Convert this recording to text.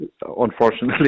unfortunately